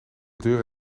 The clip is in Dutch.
deur